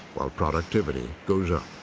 while productivity goes up.